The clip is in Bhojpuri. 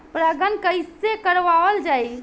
परागण कइसे करावल जाई?